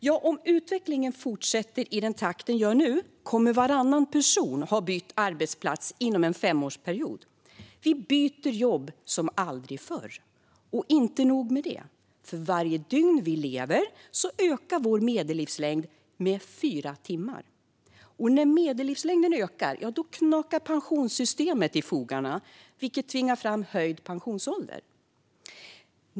Ja, om utvecklingen fortsätter i den takt den gör nu kommer varannan person att ha bytt arbetsplats inom en femårsperiod. Vi byter jobb som aldrig förr. Och det är inte nog med det. För varje dygn vi lever ökar vår medellivslängd med fyra timmar. Och när medellivslängden ökar knakar pensionssystemet i fogarna, vilket tvingar fram höjd pensionsålder.